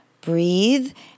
breathe